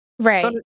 right